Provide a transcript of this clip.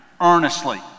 earnestly